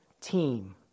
team